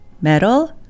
metal